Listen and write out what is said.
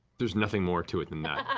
there's nothing more to it than that.